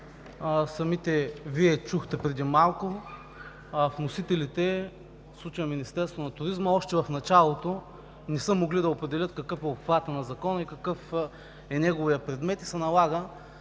Самите Вие чухте преди малко: вносителите, в случая Министерството на туризма, още в началото не са могли да определят какъв е обхватът на Закона и какъв е неговият предмет и се налага